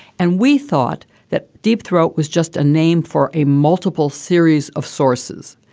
and we thought that deep throat was just a name for a multiple series of sources.